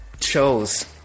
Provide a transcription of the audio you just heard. shows